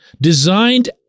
designed